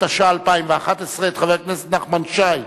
התשע"א 2011, את חבר הכנסת נחמן שי,